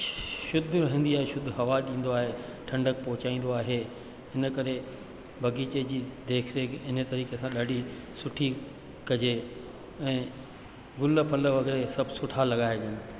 श शुद्ध हूंदी आहे ऐं शुद्ध हवा ॾींदो आहे ठंडक पहुचाईंदो आहे हिन करे बाग़ीचे जी देख रेख इन तरीक़े सां ॾाढी सुठी कजे ऐं गुल फल वग़ैरह इहे सभ सुठा लॻाइजनि